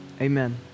amen